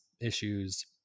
issues